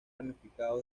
ramificado